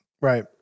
Right